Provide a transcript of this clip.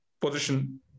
position